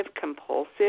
compulsive